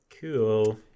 cool